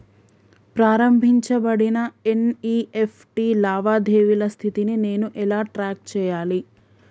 ప్రారంభించబడిన ఎన్.ఇ.ఎఫ్.టి లావాదేవీల స్థితిని నేను ఎలా ట్రాక్ చేయాలి?